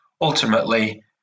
ultimately